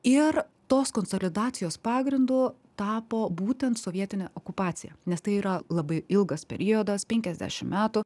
ir tos konsolidacijos pagrindu tapo būtent sovietinė okupacija nes tai yra labai ilgas periodas penkiasdešim metų